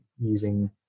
using